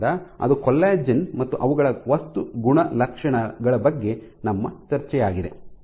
ಆದ್ದರಿಂದ ಅದು ಕೊಲ್ಲಾಜೆನ್ ಮತ್ತು ಅವುಗಳ ವಸ್ತು ಗುಣಲಕ್ಷಣಗಳ ಬಗ್ಗೆ ನಮ್ಮ ಚರ್ಚೆಯಾಗಿದೆ